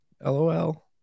LOL